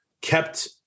kept